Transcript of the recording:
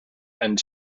and